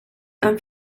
and